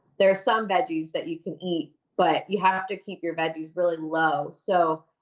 there are some veggies that you can eat, but you have to keep your veggies really low. so,